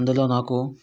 అందులో నాకు